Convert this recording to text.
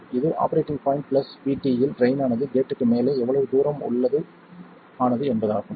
இது operating point plus VT இல் train ஆனது கேட்க்கு மேலே எவ்வளவு தூரம் உள்ளது ஆனது என்பது ஆகும்